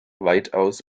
weitaus